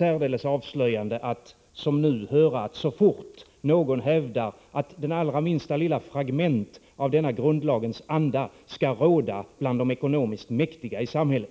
Men så fort någon hävdar att det allra minsta lilla fragment av denna grundlags anda skall gälla bland de ekonomiskt mäktiga i samhället